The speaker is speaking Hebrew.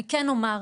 אני כן אומר,